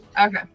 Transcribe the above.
Okay